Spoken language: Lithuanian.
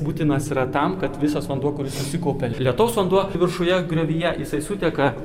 būtinas yra tam kad visas vanduo kuris susikaupia lietaus vanduo viršuje griovyje jisai suteka